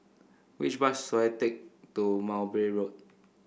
which bus should I take to Mowbray Road